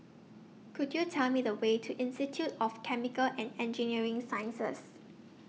Could YOU Tell Me The Way to Institute of Chemical and Engineering Sciences